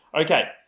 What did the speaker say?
Okay